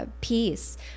peace